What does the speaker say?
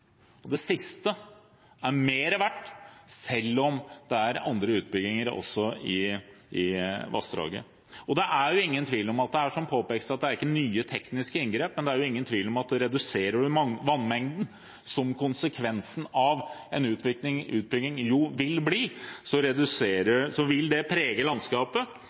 og det siste er mer verdt selv om det er andre utbygginger også i vassdraget. Det er ingen tvil om, som det påpekes, at det ikke er nye tekniske inngrep, men det er ingen tvil om at reduserer man vannmengden, som konsekvensen av en utbygging jo vil bli, vil det prege landskapet